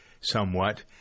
somewhat